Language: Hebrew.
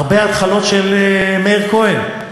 הרבה התחלות של מאיר כהן.